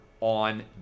on